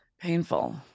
Painful